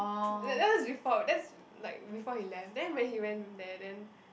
that that his fault then like before he left then when he went there then